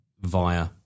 via